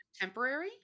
temporary